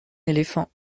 éléphant